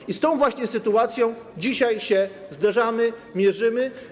I z tą właśnie sytuacją dzisiaj się zderzamy, mierzymy.